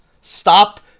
stop